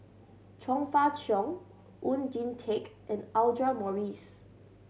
Chong Fah Cheong Oon Jin Teik and Audra Morrice